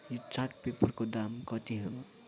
यो चार्ट पेपरको दाम कति हो